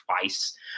twice